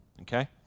okay